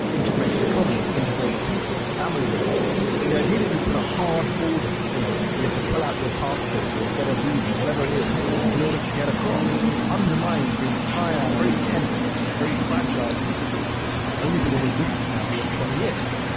integrated economies, integrated peoples, family relationships. the idea that you put a hard border, where you know have to pull out your passport, or get a visa, or whatever it is in order to get across undermines the entire, very tense, very fragile peace agreement that has only been in existence now for, what, twenty years.